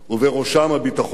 ובראשם הביטחון.